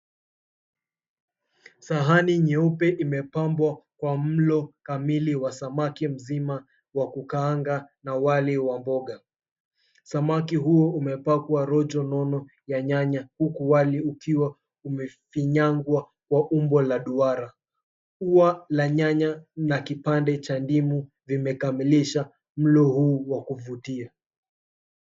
Sahani nyeupe imepambwa kwa mlo kamili wa samaki mzima wa kukaanga na wali wa mboga. Samaki huu umepakwa rojo nono ya nyanya, huku wali ukiwa umefinyangwa kwa umbo la duara. Ua la nyanya na kipande cha ndimu vimekamilisha mlo huu wa kuvutia.